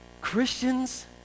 Christians